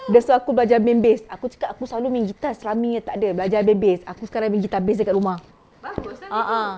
dia suruh aku belajar main bass aku cakap aku selalu main guitar selama ni tak ada belajar main bass aku sekarang main guitar bass dekat rumah a'ah